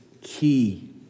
key